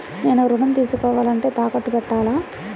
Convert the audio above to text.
నేను ఋణం తీసుకోవాలంటే తాకట్టు పెట్టాలా?